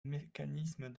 mécanismes